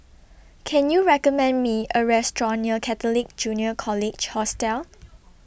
Can YOU recommend Me A Restaurant near Catholic Junior College Hostel